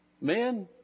Men